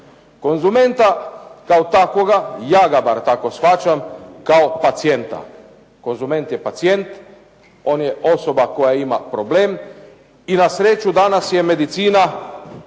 konzumenta kao takvoga, ja ga bar tako shvaćam, kao pacijenta. Konzument je pacijent, on je osoba koja ima problem i na sreću danas medicina